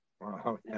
Wow